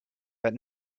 but